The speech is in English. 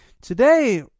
today